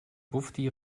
bufdi